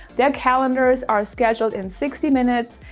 their calendars are scheduled in sixty minutes.